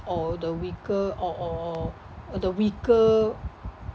or the weaker or or or the weaker